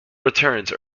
returns